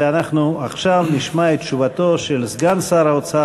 עכשיו נשמע את תשובתו של סגן שר האוצר,